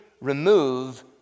remove